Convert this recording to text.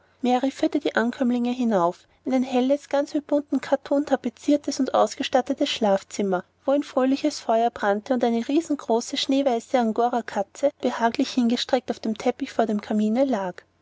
mary führte die ankömmlinge hinauf in ein helles ganz mit buntem kattun tapeziertes und ausgestattetes schlafzimmer wo ein fröhliches feuer brannte und eine riesengroße schneeweiße angorakatze behaglich hingestreckt auf dem teppich vor dem kamine lag